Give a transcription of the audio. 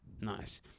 Nice